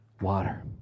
water